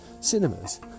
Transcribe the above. cinemas